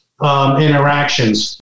interactions